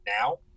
now